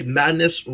madness